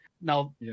Now